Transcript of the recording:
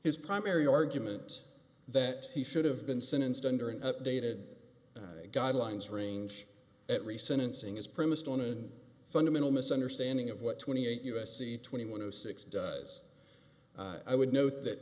his primary argument that he should have been sentenced under an updated guidelines range at re sentencing is premised on a fundamental misunderstanding of what twenty eight u s c twenty one of six does i would note that